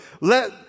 Let